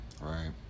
Right